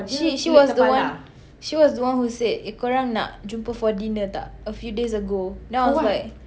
she she was the one she was the one who said eh korang nak jumpa for dinner tak a few days ago then I was like